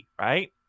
right